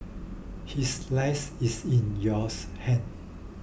his life is in yours hands